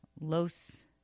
Los